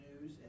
news